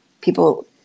people